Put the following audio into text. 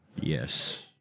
Yes